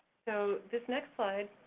so this next slide,